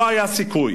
לא היה סיכוי